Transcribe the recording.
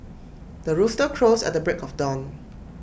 the rooster crows at the break of dawn